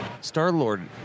Star-Lord